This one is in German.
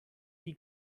die